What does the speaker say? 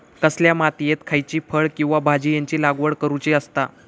कसल्या मातीयेत खयच्या फळ किंवा भाजीयेंची लागवड करुची असता?